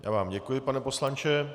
Já vám děkuji, pane poslanče.